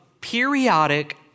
periodic